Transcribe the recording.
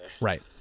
Right